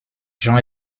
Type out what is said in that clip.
jean